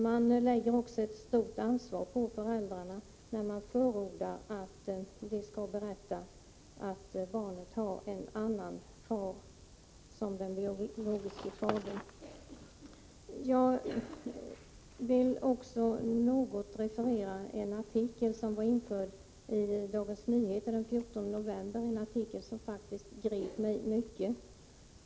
Man lägger ett stort ansvar på föräldrarna, när man förordrar att de skall berätta att barnet har en annan far — den biologiske fadern. Jag vill också något referera en artikel som var införd i Dagens Nyheter den 14 november i år. Den artikeln grep mig mycket.